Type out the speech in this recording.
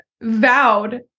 vowed